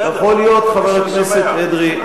יכול להיות, חבר הכנסת אדרי.